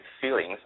feelings